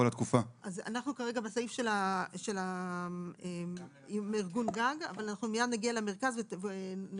לישראל גוף שהוכר על ידי ארגון גג וכולל את כל אלה: